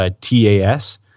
TAS